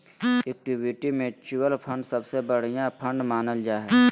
equity mutual fund सबसे बढ़िया fund मानल जा हय